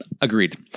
Agreed